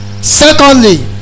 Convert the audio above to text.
Secondly